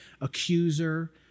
accuser